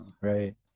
Right